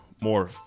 more